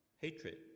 hatred